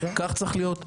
כך צריך להיות.